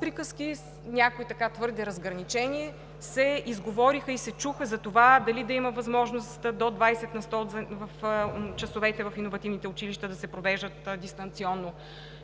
приказки – някои така твърде разграничени, се изговориха и се чуха за това дали да има възможност до 20 на сто в часовете в иновативните училища, да се провеждат дистанционно.